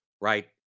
right